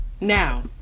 now